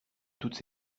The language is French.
toutes